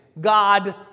God